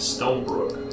Stonebrook